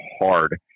hard